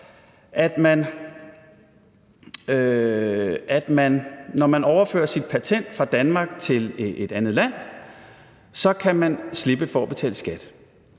man, når man overfører sit patent fra Danmark til et andet land, kan slippe for at betale skat.